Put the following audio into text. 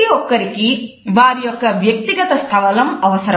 ప్రతివారికి వారి యొక్క వ్యక్తిగత స్థలము అవసరం